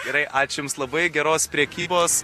gerai ačiū jums labai geros prekybos